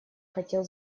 хотел